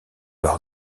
leur